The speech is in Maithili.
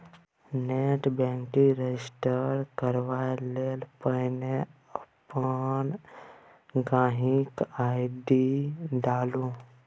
नेट बैंकिंग रजिस्टर करबाक लेल पहिने अपन गांहिकी आइ.डी डालु